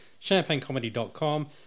ChampagneComedy.com